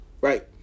right